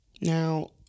now